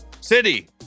city